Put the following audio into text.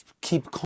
keep